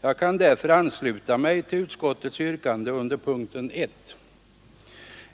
Jag kan därför ansluta mig till utskottets yrkande under punkten 1.